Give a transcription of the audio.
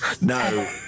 no